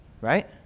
Right